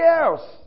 else